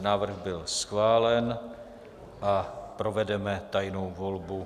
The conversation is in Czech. Návrh byl schválen a provedeme tajnou volbu.